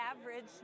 average